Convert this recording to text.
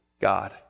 God